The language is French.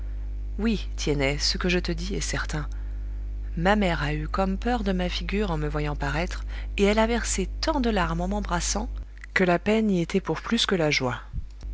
oui tiennet ce que je te dis est certain ma mère a eu comme peur de ma figure en me voyant paraître et elle a versé tant de larmes en m'embrassant que la peine y était pour plus que la joie